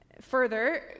Further